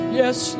yes